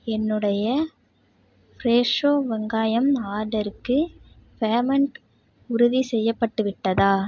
என்னுடைய ஃப்ரோஷோ வெங்காயம் ஆர்டருக்கு பேமெண்ட் உறுதிசெய்யப்பட்டு விட்டதா